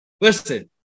Listen